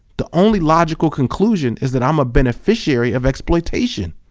the only logical conclusion is that i'm a beneficiary of exploitation!